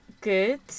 good